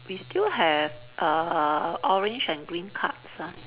we still have err orange and green cards ah